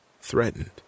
threatened